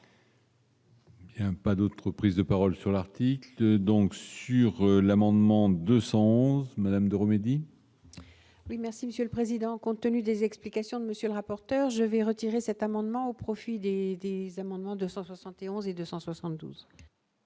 Pas d'autres prises de parole sur l'article 2 donc sur l'amendement 211 Madame de remédie. Oui, merci Monsieur le Président, contenu des explications, monsieur le rapporteur, je vais retirer cet amendement au profit des amendements 271 et 272.